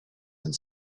and